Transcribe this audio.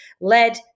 led